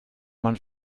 man